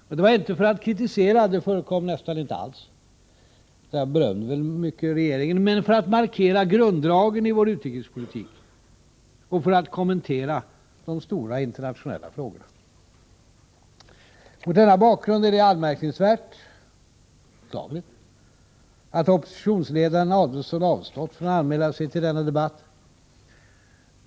Och det var inte för att kritisera — det förekom nästan inte alls, jag berömde tvärtom regeringen mycket — utan för att markera grunddragen i vår utrikespolitik och för att kommentera de stora internationella frågorna. Mot denna bakgrund är det anmärkningsvärt och beklagligt att oppositionsledaren Adelsohn avstått från att anmäla sig till denna debatt.